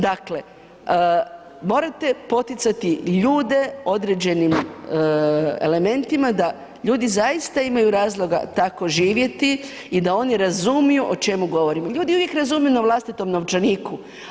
Dakle, morate poticati ljude određenim elementima da ljudi zaista imaju razloga tako živjeti i da oni razumiju o čemu govorim, ljudi uvijek razumiju na vlastitom novčaniku.